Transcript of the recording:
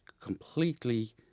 completely